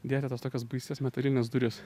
dėti tas tokias baisias metalines duris